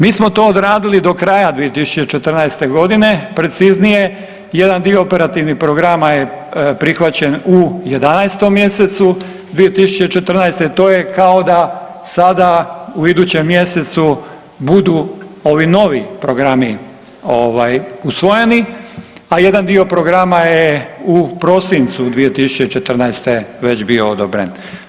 Mi smo to odradili do kraja 2014.g., preciznije jedan dio operativnih programa je prihvaćen u 11. mjesecu 2014., to je kao da sada u idućem mjesecu budu ovi novi programi ovaj usvojeni, a jedan dio programa je u prosincu 2014. već bio odobren.